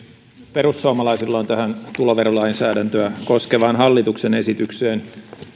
perussuomalaisilla on tähän tuloverolainsäädäntöä koskevaan hallituksen esitykseen